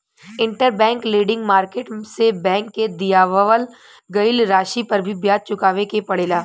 interbank lending market से bank के दिअवावल गईल राशि पर भी ब्याज चुकावे के पड़ेला